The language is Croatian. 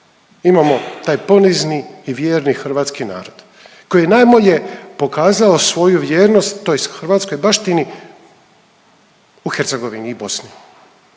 imamo taj ponizni i vjerni hrvatski narod koji je najbolje pokazao svoju vjernost toj hrvatskoj baštini u Hercegovini i Bosni,